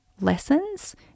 lessons